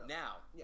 now